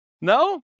No